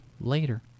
later